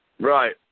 Right